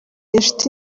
inshuti